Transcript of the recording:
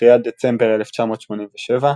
בתחילת דצמבר 1987,